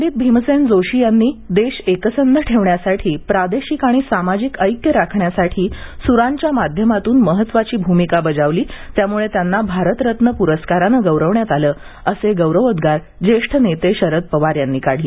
पंडित भीमसेन जोशी यांनी देश एकसंध ठेवण्यासाठी प्रादेशिक आणि सामाजिक ऐक्य राखण्यासाठी सुरांच्या माध्यमातून महत्त्वाची भूमिका बजावली त्यामुळे त्यांना भारतरत्न पुरस्काराने गौरविण्यात आले असे गौरवोद्गार ज्येष्ठ नेते शरद पवार यांनी काढले